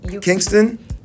Kingston